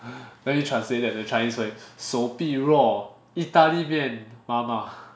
how do you translate that into Chinese 手臂弱意大利面妈妈